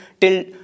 till